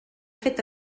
fet